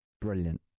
Brilliant